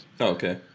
Okay